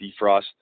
defrost